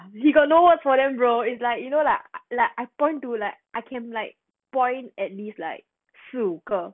you got no work for them bro it's like you know lah like I point to like I can like point at least like 四五个